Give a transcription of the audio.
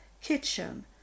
kitchen